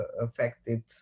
affected